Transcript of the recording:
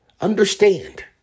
Understand